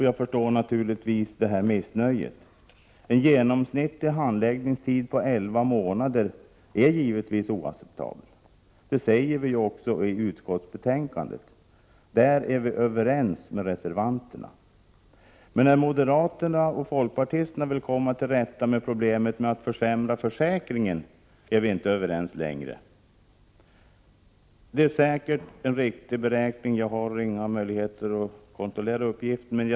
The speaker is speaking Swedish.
Jag förstår naturligtvis detta missnöje. En genomsnittlig handläggningstid på elva månader är givetvis oacceptabel. Detta sägs också i utskottsbetänkandet. Där är vi överens med reservanterna. Men när moderaterna och folkpartisterna vill komma till rätta med problemet genom att försämra försäkringen är vi inte överens längre. Det är säkert en riktig beräkning, men jag har ingen möjlighet att kontrollera den.